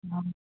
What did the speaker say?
অঁ